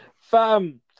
Fam